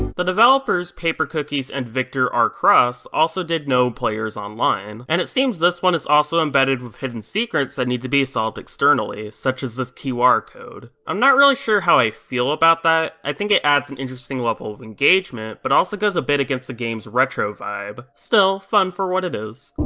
the developers, papercookies and viktorrkraus, also did no players online, and it seems this one is also embedded with hidden secrets that need to be solved externally, such as this qr code. i'm not really sure how i feel about that. i think it adds an interesting level of engagement, but it also goes a bit against the game's retro vibe. still, fun for what it is.